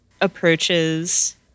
approaches